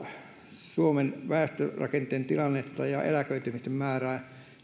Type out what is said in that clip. suomen väestörakenteen tilannetta ja eläköitymisten määrää